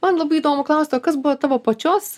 man labai įdomu klausti o kas buvo tavo pačios